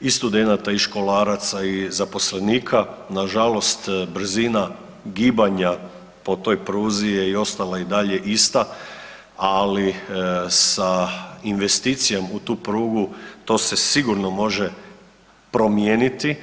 i studenata i školaraca i zaposlenika, nažalost brzina gibanja po toj pruzi je i ostala i dalje ista, ali sa investicijom u tu prugu to se sigurno može promijeniti.